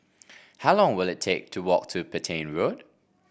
how long will it take to walk to Petain Road